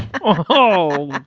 oh, like